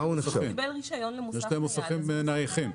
יש להם מוסכים נייחים.